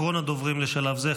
אחרון הדוברים לשלב זה,